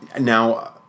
Now